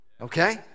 okay